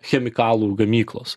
chemikalų gamyklos